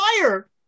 fire